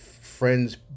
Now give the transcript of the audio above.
friends